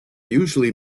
usually